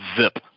zip